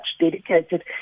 dedicated